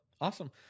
Awesome